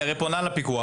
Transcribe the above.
היא הרי פונה לפיקוח.